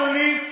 אדוני,